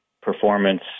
performance